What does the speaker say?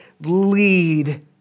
lead